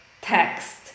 text